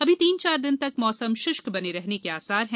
अभी तीन चार दिन तक मौसम शुष्क बने रहने के आसार हैं